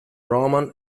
roman